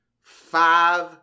five